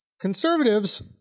conservatives